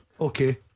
Okay